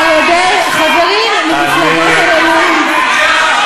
על-ידי חברים ממפלגות הימין.